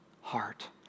heart